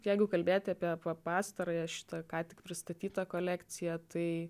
jeigu kalbėti apie pastarąją šitą ką tik pristatytą kolekciją tai